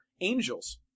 angels